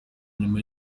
nyuma